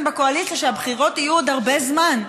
בקואליציה שהבחירות תהיינה עוד הרבה זמן.